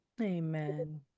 Amen